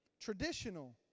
Traditional